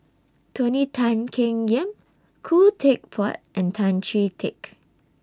Tony Tan Keng Yam Khoo Teck Puat and Tan Chee Teck